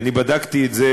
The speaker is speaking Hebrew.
אני בדקתי את זה